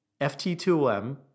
FT2OM